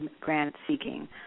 grant-seeking